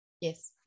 yes